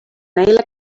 neile